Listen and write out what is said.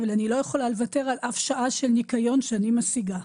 אבל אני לא יכולה לוותר על אף שעה של ניקיון שאני משיגה.